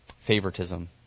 favoritism